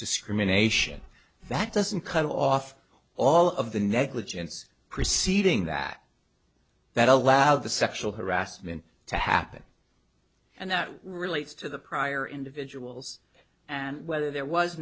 discrimination that doesn't cut off all of the negligence proceeding that that allowed the sexual harassment to happen and that relates to the prior individuals and whether there was